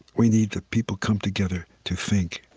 we need that people come together to think.